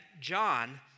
John